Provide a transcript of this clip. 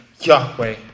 Yahweh